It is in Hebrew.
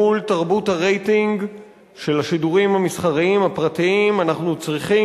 מול תרבות הרייטינג של השידורים המסחריים הפרטיים אנחנו צריכים